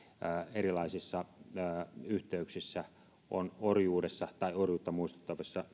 erilaisissa yhteyksissä on orjuudessa tai orjuutta muistuttavissa